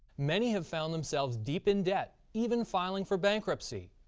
many have found themselves deep in debt, even filing for bankruptcy.